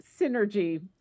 synergy